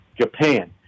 Japan